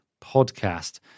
podcast